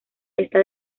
esta